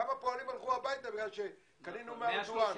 כמה פועלים הלכו הביתה בגלל שקנינו מארדואן.